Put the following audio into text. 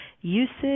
usage